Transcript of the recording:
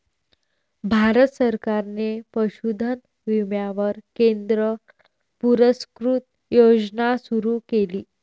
भारत सरकारने पशुधन विम्यावर केंद्र पुरस्कृत योजना सुरू केली